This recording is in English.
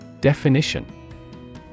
Definition